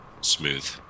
smooth